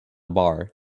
bar